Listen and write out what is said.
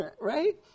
Right